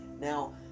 Now